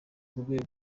k’urwego